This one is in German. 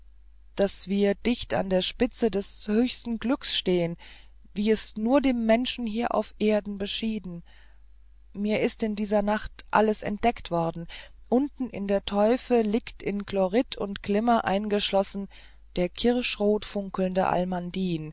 daß wir dicht an der spitze des höchsten glücks stehen wie es nur dem menschen hier auf erden beschieden mir ist in dieser nacht alles entdeckt worden unten in der teufe liegt in chlorit und glimmer eingeschlossen der kirschrot funkelnde almandin